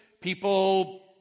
people